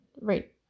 Right